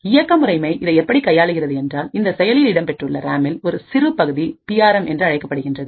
இயக்க முறைமை இதை எப்படி கையாளுகிறது என்றால் இந்த செயலியில் இடம்பெற்றுள்ள ராமில்ஒரு சிறு பகுதி பி ஆர் எம் என்று அழைக்கப்படுகின்றது